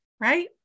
right